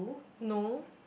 no